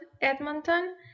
Edmonton